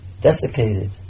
desiccated